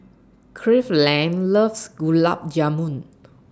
Cleveland loves Gulab Jamun